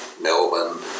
Melbourne